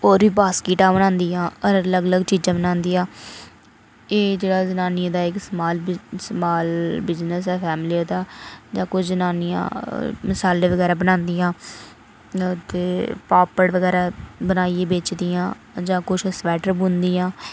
मिगी बड़ियां गै अच्छियां लगदियां न कि साढ़े में इत्थै जन्म लैता जियां कि हून इत्थै साढ़े शैह्र बिच ऐ कि साढ़े जेह्के इत्थै तीर्थ स्थान न जेह्ड़े बड़े तीर्थ स्थान हैन बड़े सारे न तरह् तरह् दे जेह्ड़े